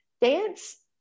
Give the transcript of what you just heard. dance